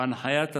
בהנחיית השר,